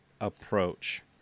approach